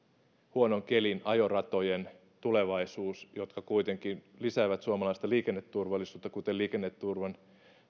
huonon kelin ajoratojen tulevaisuus jotka kuitenkin lisäävät suomalaista liikenneturvallisuutta kuten liikenneturvan